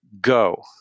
go